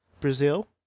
Brazil